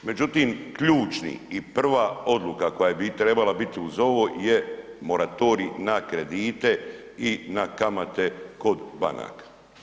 Međutim, ključni i prva odluka koja bi trebala bit uz ovo je moratorij na kredite i na kamate kod banaka.